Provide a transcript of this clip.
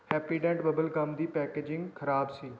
Happydent bubble gum ਦੀ packaging ਖਰਾਬ ਸੀ